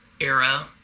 era